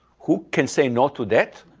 who can say no to that?